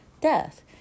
death